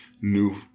new